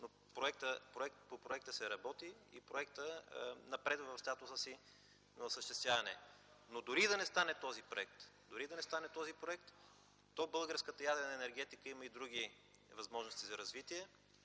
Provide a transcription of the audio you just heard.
но по проекта се работи и той напредва в своето осъществяване. Но дори и да не стане този проект, то българската ядрена енергетика има и други възможности за развитие,